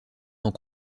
dans